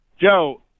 Joe